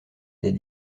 des